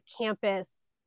campus